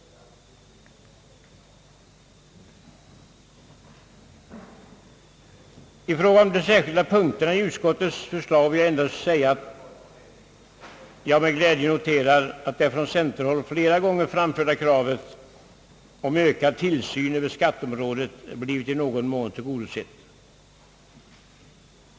I fråga om de särskilda punkterna i utskottets förslag vill jag endast säga att jag med glädje noterar att det från centerhåll flera gånger framförda kravet på ökad tillsyn över skatteområdet blivit i någon mån tillgodosett.